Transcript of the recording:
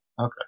Okay